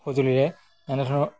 সঁজুলিৰে এনেধৰক